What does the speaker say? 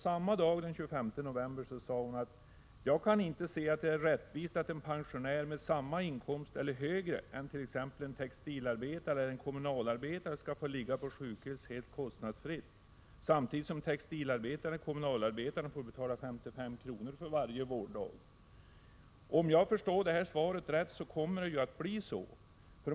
Samma dag, den 25 november, sade hon: Jag kan inte se att det är rättvist att en pensionär med samma inkomst som eller högre än t.ex. en textilarbetare eller kommunalarbetare skall få ligga på sjukhus helt kostnadsfritt samtidigt som de senare får betala 55 kr. för varje vårddag — men om jag förstår svaret rätt kommer det att bli så.